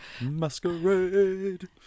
Masquerade